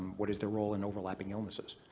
what is the role in overlapping illnesses?